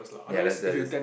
ya